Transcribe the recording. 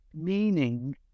meaning